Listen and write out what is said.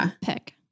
pick